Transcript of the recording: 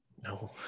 No